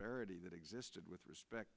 parity that existed with respect